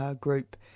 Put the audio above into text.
group